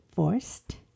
forced